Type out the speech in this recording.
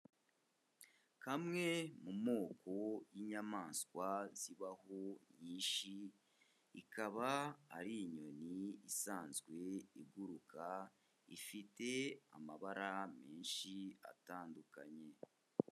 Kamwe mu moko y'inyamaswa zibaho nyinshi ikaba ari inyoni isanzwe iguruka, ifite amabara menshi atandukanye.